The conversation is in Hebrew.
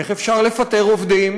איך אפשר לפטר עובדים?